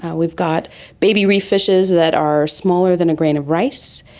ah we've got baby reef fishes that are smaller than a grain of rice.